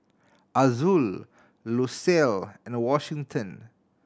Azul Lucille and Washington